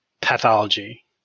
pathology